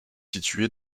situé